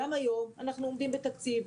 גם היום אנחנו עומדים בתקציב.